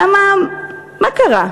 למה, מה קרה?